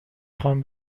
خوام